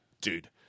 Dude